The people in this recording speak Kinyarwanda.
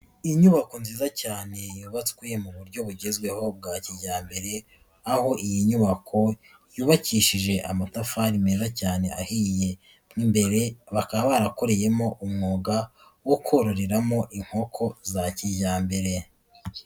Inyubako nziza cyane yubatswe mu buryo bugezweho bwa kijyambere, aho iyi nyubako yubakishije amatafari meza cyane ahiye, n'imbere bakaba barakoreyemo umwuga wo kororeramo inkoko za kijyambere.